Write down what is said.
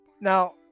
Now